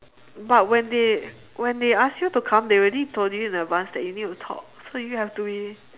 but when they when they ask you to come they already told you in advance that you need to talk so you have to be